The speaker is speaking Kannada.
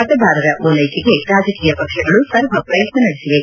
ಮತದಾರರ ಓಲೈಕೆಗೆ ರಾಜಕೀಯ ಪಕ್ಷಗಳು ಸರ್ವ ಪ್ರಯತ್ನ ನಡೆಸಿವೆ